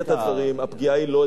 הפגיעה לא היתה בנצרות.